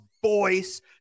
Voice